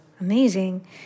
Amazing